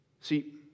See